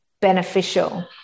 beneficial